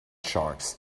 sharks